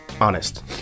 honest